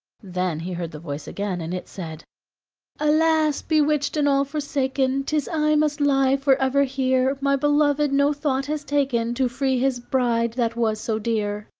then he heard the voice again, and it said alas! bewitched and all forsaken, tis i must lie for ever here! my beloved no thought has taken to free his bride, that was so dear.